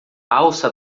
alça